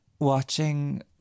Watching